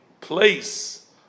place